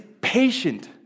patient